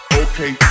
okay